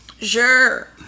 Sure